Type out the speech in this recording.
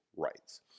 rights